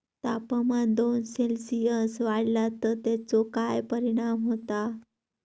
तापमान दोन सेल्सिअस वाढला तर तेचो काय परिणाम होता?